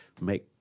make